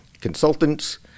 consultants